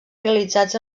realitzats